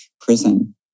prison